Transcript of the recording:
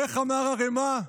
איך אמר הרמ"א?